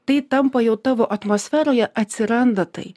tai tampa jau tavo atmosferoje atsiranda tai